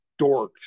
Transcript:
dorks